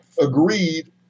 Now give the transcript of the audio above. agreed